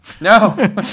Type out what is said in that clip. No